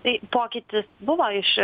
tai pokytis buvo iš